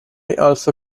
also